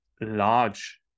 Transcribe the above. large